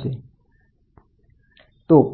ની કિંમત મેળવી શકાય